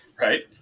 Right